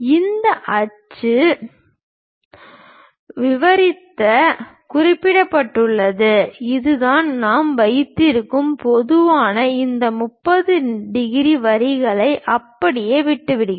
இந்த அச்சு விவரத்துணுக்கு குறிப்பிடுவதற்கு இதுதான் நாம் வைத்திருக்கிறோம் பொதுவாக இந்த 30 டிகிரி வரிகளை அப்படியே விட்டுவிடுகிறோம்